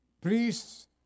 priests